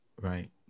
Right